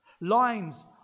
Lines